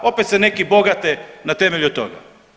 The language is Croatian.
Opet se neki bogate na temelju toga.